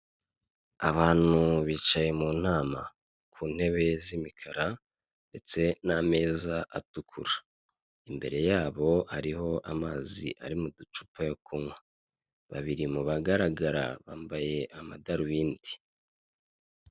Abantu bicaye mu nama, ku ntebe z'imikara ndetse n'ameza atukura. Imbere yabo hariho amazi ari mu ducupa yo kunywa, babiri mu bagaragara bambaye amadarobindi.